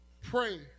pray